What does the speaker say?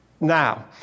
Now